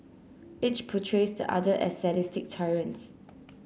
each portrays the other as sadistic tyrants